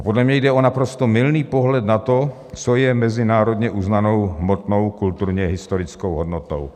Podle mě jde o naprosto mylný pohled na to, co je mezinárodně uznanou hmotnou kulturněhistorickou hodnotou.